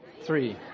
three